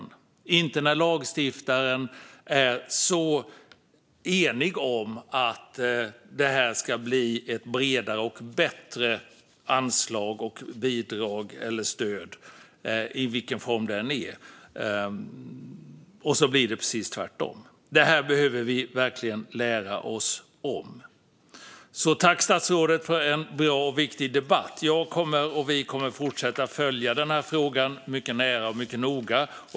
Det får inte ske när lagstiftaren var så enig om att det här skulle bli ett bredare och bättre anslag, bidrag eller stöd, vilken form det än har, men så blev det precis tvärtom. Detta behöver vi verkligen lära oss av. Tack, statsrådet, för en bra och viktig debatt. Vi kommer att fortsätta följa frågan mycket nära och mycket noga.